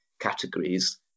categories